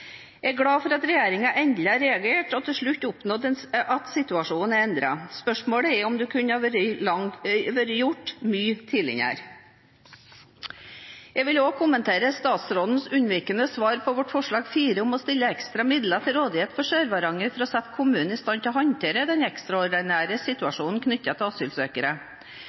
Jeg er glad for at regjeringen endelig har reagert og til slutt oppnådd at situasjonen er endret. Spørsmålet er om det kunne vært gjort mye tidligere. Jeg vil også kommentere statsrådens unnvikende svar på vårt forslag 4, om å stille ekstra midler til rådighet for Sør-Varanger for å sette kommunen i stand til å håndtere den ekstraordinære situasjonen knyttet til asylsøkere.